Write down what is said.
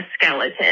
skeleton